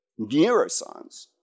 neuroscience